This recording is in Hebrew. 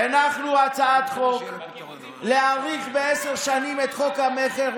הנחנו הצעת חוק להאריך בעשר שנים את חוק המכר,